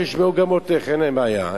שישמעו גם אותך, אין להם בעיה.